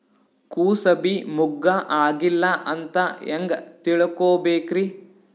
ಕೂಸಬಿ ಮುಗ್ಗ ಆಗಿಲ್ಲಾ ಅಂತ ಹೆಂಗ್ ತಿಳಕೋಬೇಕ್ರಿ?